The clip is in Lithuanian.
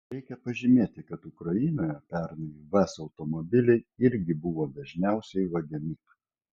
reikia pažymėti kad ukrainoje pernai vaz automobiliai irgi buvo dažniausiai vagiami